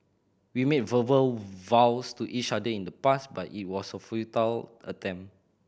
we made verbal vows to each other in the past but it was a futile attempt